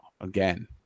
again